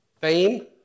Fame